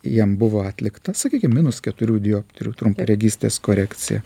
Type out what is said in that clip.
jiem buvo atlikta sakykim minus keturių dioptrijų trumparegystės korekcija